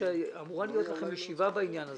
אמורה להיות לכם ישיבה בעניין הזה.